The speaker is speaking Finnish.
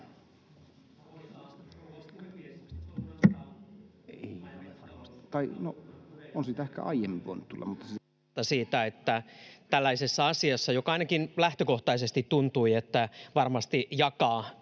tällaisessa asiassa, joka ainakin lähtökohtaisesti tuntui siltä, että se varmasti jakaisi